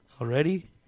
Already